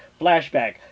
Flashback